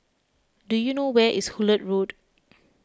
do you know where is Hullet Road